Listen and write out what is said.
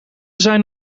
zijn